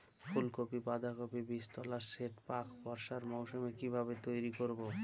ফুলকপি বাধাকপির বীজতলার সেট প্রাক বর্ষার মৌসুমে কিভাবে তৈরি করব?